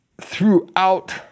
throughout